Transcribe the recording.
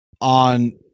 on